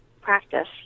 practice